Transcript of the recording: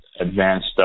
advanced